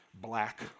black